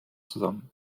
zusammen